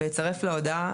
ויצרף להודעה